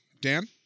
Dan